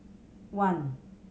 one